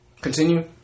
Continue